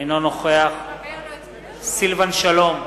אינו נוכח סילבן שלום,